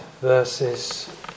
verses